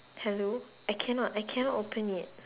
hello I cannot I cannot open it